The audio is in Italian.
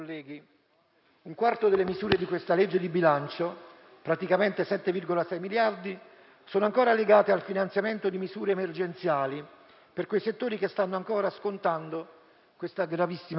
un quarto delle misure di questa legge di bilancio, praticamente 7,6 miliardi, è legato al finanziamento di misure emergenziali per i settori che stanno ancora scontando questa gravissima crisi.